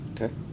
Okay